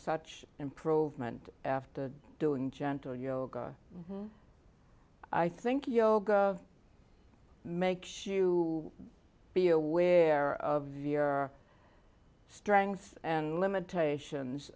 an improvement after doing gentle yoga i think yoga makes you be aware of your strengths and limitations